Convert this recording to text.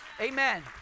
Amen